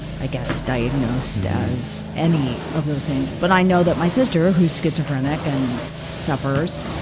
i guess, diagnosed as any of those things. but i know that my sister, who's schizophrenic and suffers.